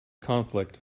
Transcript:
conflict